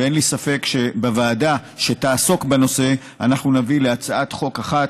ואין לי ספק שבוועדה שתעסוק בנושא אנחנו נביא להצעת חוק אחת,